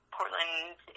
Portland